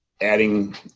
adding